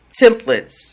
templates